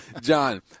John